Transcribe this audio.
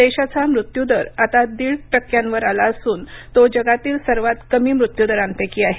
देशाचा मृत्यू दर आता दीड टक्क्यावर आला असून तो जगातील सर्वात कमी मृत्यूदरांपैकी आहे